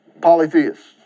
polytheists